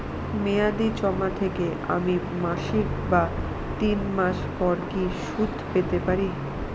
মেয়াদী জমা থেকে আমি মাসিক বা তিন মাস পর কি সুদ পেতে পারি?